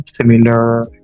similar